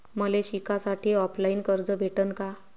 मले शिकासाठी ऑफलाईन कर्ज भेटन का?